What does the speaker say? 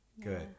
Good